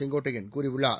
செங்கோட்டையன் கூறியுள்ளார்